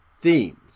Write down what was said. themes